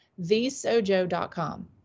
thesojo.com